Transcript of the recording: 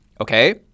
okay